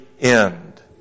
end